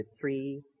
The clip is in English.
three